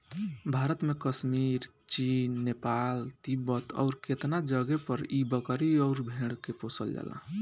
भारत में कश्मीर, चीन, नेपाल, तिब्बत अउरु केतना जगे पर इ बकरी अउर भेड़ के पोसल जाला